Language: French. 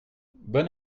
bon